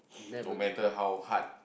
never give up